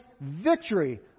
victory